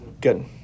good